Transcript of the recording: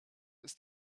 ist